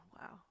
Wow